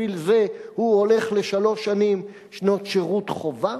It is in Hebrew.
בשביל זה הוא הולך לשלוש שנים שנות שירות חובה?